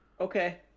Okay